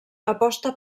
aposta